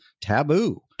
taboo